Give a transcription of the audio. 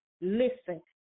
Listen